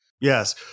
Yes